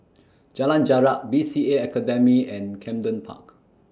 Jalan Jarak B C A Academy and Camden Park